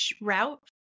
route